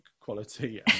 quality